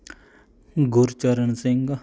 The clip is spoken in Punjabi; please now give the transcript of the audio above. ਗੁਰਚਰਨ ਸਿੰਘ